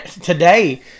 Today